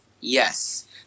yes